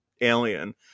alien